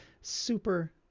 super